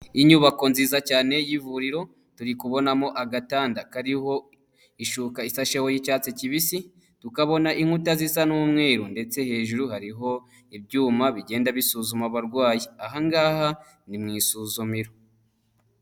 Inyubako nziza cyane y'ivuriro turi kubonamo agatanda kariho ishuka ifasheho'icyatsi kibisi tukabona inkuta zisa n'umweru ndetse hejuru hariho ibyuma bigenda bisuzuma abarwayi. Aha ngaha ni mu isuzumiro.